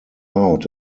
out